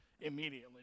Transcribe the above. immediately